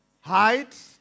Height